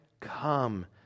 Come